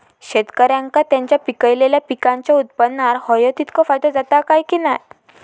शेतकऱ्यांका त्यांचा पिकयलेल्या पीकांच्या उत्पन्नार होयो तितको फायदो जाता काय की नाय?